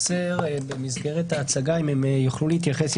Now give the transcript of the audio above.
במסגרת ההצגה אם הם יוכלו להתייחס.